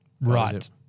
Right